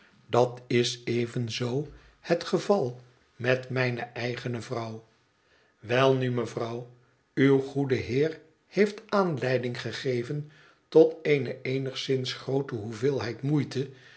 dat is evenzoo het geval met mijne eigene vrouw welnu mevrouw uw goede heer heeft aanleiding gegeven tot eene eenigszins groote hoeveelheid moeite